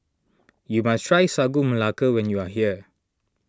you must try Sagu Melaka when you are here